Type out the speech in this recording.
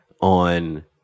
on